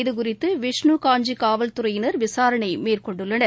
இதுகுறித்து விஷ்ணு காஞ்சி காவல் துறையினர் விசாரணை மேற்கொண்டுள்ளனர்